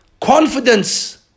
confidence